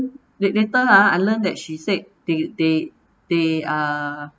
that later ah I learned that she said they they they are